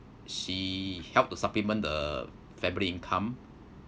she helped to supplement the family income